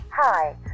hi